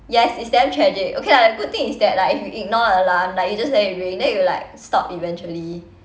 yes it's damn tragic okay lah the good thing is that like if you ignore the alarm like you just let it ring then it will like stop eventually